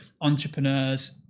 entrepreneurs